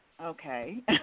okay